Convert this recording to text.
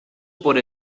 por